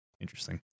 Interesting